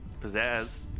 pizzazz